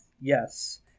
Yes